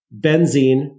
benzene